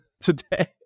today